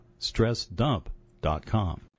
StressDump.com